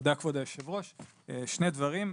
תודה כבוד היושב ראש, שני דברים,